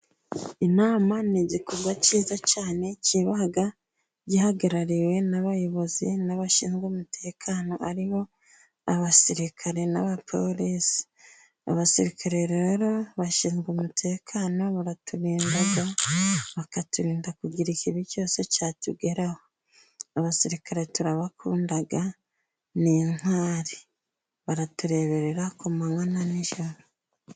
Inama ni igikorwa cyiza cyane, kiba gihagarariwe n'abayobozi n'abashinzwe umutekano aribo basirikare n'abapolisi, abasirikare rero bashinzwe umutekano baraturinda, bakaturinda kugira ikibi cyose cyatugeraho, abasirikare turabakunda ni intwari baratureberera ku manywa na nijoro.